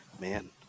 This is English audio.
man